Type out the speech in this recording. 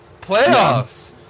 Playoffs